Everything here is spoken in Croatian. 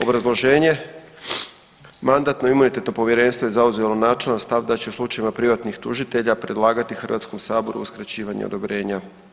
Obrazloženje: Mandatno-imunitetno povjerenstvo je zauzelo načelan stav da će u slučajevima privatnih tužitelja predlagati Hrvatskom saboru uskraćivanje odobrenja.